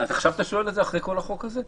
עכשיו אתה שואל את זה, אחרי כל החוק הזה?